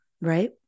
right